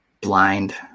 blind